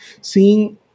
seeing